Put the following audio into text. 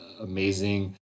amazing